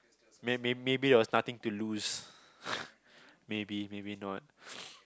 may~ maybe that was nothing to lose maybe maybe not